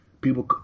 People